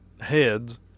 heads